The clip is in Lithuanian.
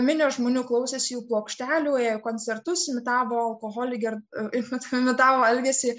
minios žmonių klausėsi jų plokštelių ėjo į koncertus imitavo alkoholį ger imitavo elgesį